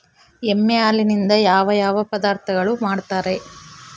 ಎಮ್ಮೆ ಹಾಲಿನಿಂದ ಯಾವ ಯಾವ ಪದಾರ್ಥಗಳು ಮಾಡ್ತಾರೆ?